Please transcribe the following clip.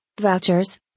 vouchers